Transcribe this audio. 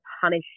punish